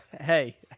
hey